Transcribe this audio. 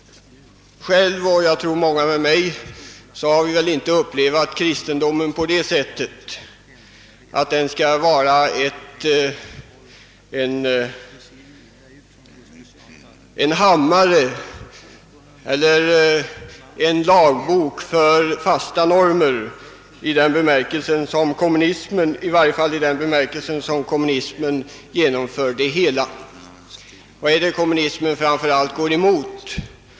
Jag — och jag tror många med mig — har inte upplevt kristendomen så att den skall vara en hammare eller en lagbok för fasta normer, i varje fall inte på det sätt som kommunisterna uppfattar sin lära när de söker genomföra den. Vad är det kommunismen framför allt går emot?